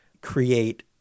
create